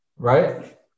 Right